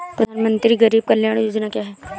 प्रधानमंत्री गरीब कल्याण योजना क्या है?